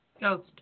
Ghost